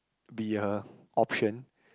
be a option